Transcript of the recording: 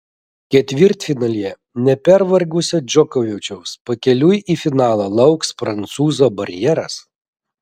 ketvirtfinalyje nepervargusio džokovičiaus pakeliui į finalą lauks prancūzo barjeras